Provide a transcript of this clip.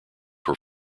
were